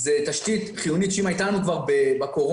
מדובר בתשתית שאם היא הייתה קיימת היום, בקורונה,